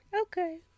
Okay